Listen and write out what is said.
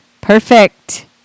perfect